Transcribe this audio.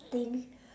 thing